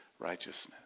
righteousness